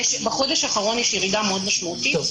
בחודש האחרון יש ירידה מאוד משמעותית.